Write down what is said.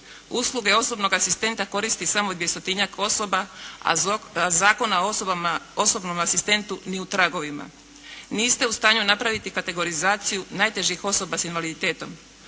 Usluge osobnog asistenta koristi samo 200-tinjak osoba, a Zakon o osobnom asistentu ni u tragovima. Niste u stanju napraviti kategorizaciju najtežih osoba sa invaliditetom.